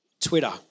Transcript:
Twitter